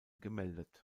gemeldet